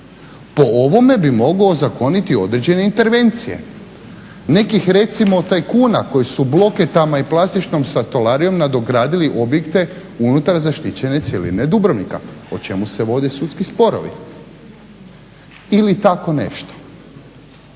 Po ovome bi mogao ozakoniti određene intervencije, nekih recimo tajkuna koji su bloketama i plastičnom stolarijom nadogradili objekta unutar zaštićene cjeline Dubrovnika o čemu se vodi sudski sporovi ili tako nešto.